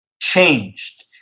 changed